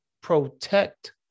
protect